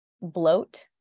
bloat